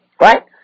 Right